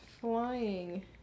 flying